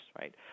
right